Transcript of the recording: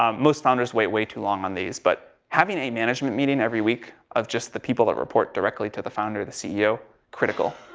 um most founders wait way too long on these, but having a management meeting every week, of just the people that report directly to the founder or the ceo, critical.